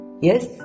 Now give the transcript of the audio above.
Yes